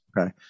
Okay